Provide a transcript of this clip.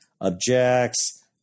objects